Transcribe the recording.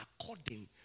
according